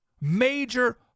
major